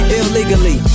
illegally